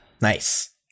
Nice